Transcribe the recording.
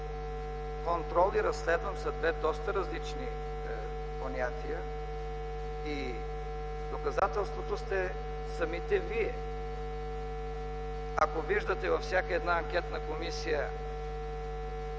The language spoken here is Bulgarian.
„Контрол” и „разследвам” са две доста различни понятия и доказателството сте самите вие. Ако виждате във всяка една анкетна комисия